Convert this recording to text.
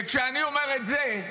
וכשאני אומר את זה,